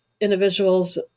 individuals